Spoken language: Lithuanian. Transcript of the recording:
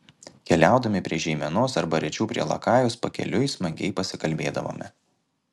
keliaudami prie žeimenos arba rečiau prie lakajos pakeliui smagiai pasikalbėdavome